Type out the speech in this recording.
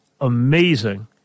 amazing